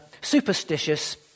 superstitious